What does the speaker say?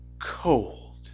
cold